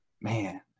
man